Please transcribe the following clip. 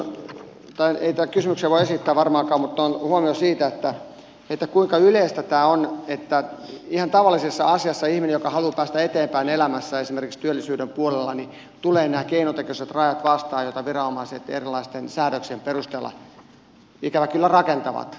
tai ei tässä kysymyksiä voi esittää varmaankaan vaan huomion siitä että kuinka yleistä tämä on että ihan tavallisessa asiassa ihmiselle joka haluaa päästä eteenpäin elämässä esimerkiksi työllisyyden puolella tulevat nämä keinotekoiset rajat vastaan joita viranomaiset erilaisten säädöksien perusteella ikävä kyllä rakentavat